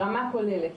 ברמה כוללת,